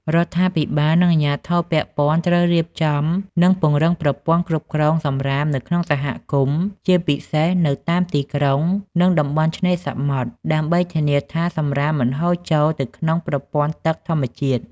រដ្ឋាភិបាលនិងអាជ្ញាធរពាក់ព័ន្ធត្រូវរៀបចំនិងពង្រឹងប្រព័ន្ធគ្រប់គ្រងសំរាមនៅក្នុងសហគមន៍ ជាពិសេសនៅតាមទីក្រុង និងតំបន់ឆ្នេរសមុទ្រ ដើម្បីធានាថាសំរាមមិនហូរចូលទៅក្នុងប្រព័ន្ធទឹកធម្មជាតិ។